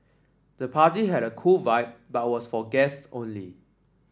the party had a cool vibe but was for guest only